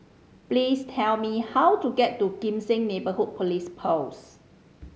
please tell me how to get to Kim Seng Neighbourhood Police Post